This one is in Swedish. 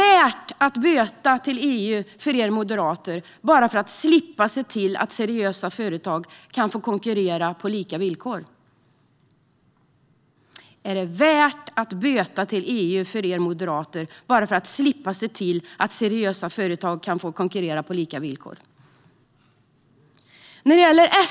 Är det för er moderater värt att böta till EU bara för att slippa se till att seriösa företag kan få konkurrera på lika villkor?